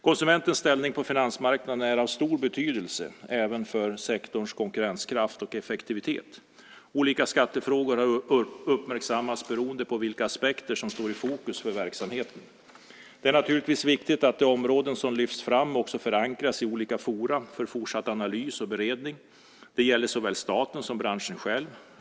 Konsumentens ställning på finansmarknaderna är av stor betydelse även för sektorns konkurrenskraft och effektivitet. Olika skattefrågor har uppmärksammats beroende på vilka aspekter som står i fokus för verksamheten. Det är naturligtvis viktigt att de områden som lyfts fram också förankras i olika forum för fortsatt analys och beredning. Det gäller såväl staten som branschen själv.